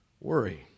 worry